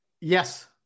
Yes